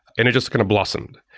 and it just kind of blossomed.